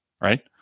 right